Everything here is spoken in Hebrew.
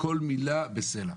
כל מילה בסלע.